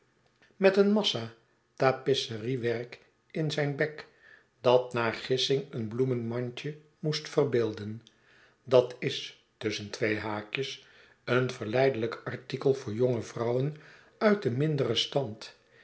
met een massa tapisseriewerk in zijn bek dat naar gissing een bloemenmandje rnoest verbeelden dat is tusschen twee haakjes een verleidelijk artikel voor jonge vrouwen uit den minderen stand